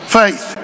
faith